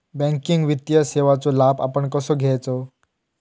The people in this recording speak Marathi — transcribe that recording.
बँकिंग वित्तीय सेवाचो लाभ आपण कसो घेयाचो?